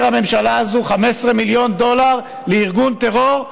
הממשלה הזאת 15 מיליון דולר לארגון טרור,